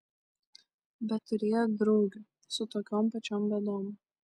bet turėjo draugių su tokiom pačiom bėdom